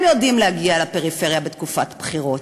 הם יודעים להגיע לפריפריה בתקופת בחירות,